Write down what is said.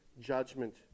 judgment